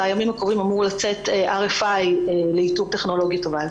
בימים הקרובים אמור לצאת RFI לאיתור טכנולוגיה טובה יותר.